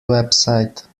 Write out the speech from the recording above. website